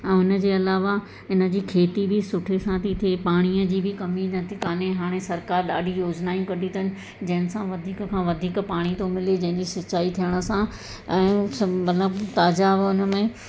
ऐं इन जे अलावा इन जी खेती बि सुठे सां थी थिए पाणीअ जी बि कमी नथी कोन्हे हाणे सरकार ॾाढी योज़नायूं कढी अथनि जंहिं सां वधीक खां वधीक पाणी थो मिले जंहिंजी सिचाई थियण सां ऐं सम मतिलबु ताज़ा बि उन में